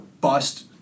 bust